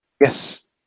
Yes